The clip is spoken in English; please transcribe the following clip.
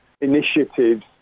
initiatives